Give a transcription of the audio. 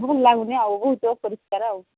ଭଲ ଲାଗୁନି ଆଉ ବହୁତ ଅପରିଷ୍କାର